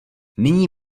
nyní